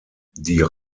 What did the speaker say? die